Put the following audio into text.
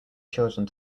children